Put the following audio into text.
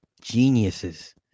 geniuses